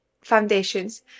foundations